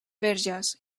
verges